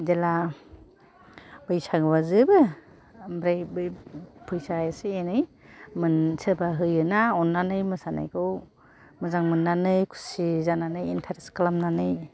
जेब्ला बैसागुया जोबो ओमफ्राय बै फैसा एसे एनै सोरबा होयो ना अननानै मोसानायखौ मोजां मोननानै खुसि जानानै इन्टारेस खालामनानै